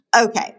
Okay